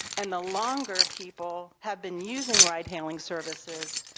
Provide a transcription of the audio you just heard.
and the longer people have been using ride-hailing services,